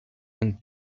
and